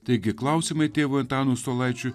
taigi klausimai tėvui antanui saulaičiui